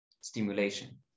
stimulation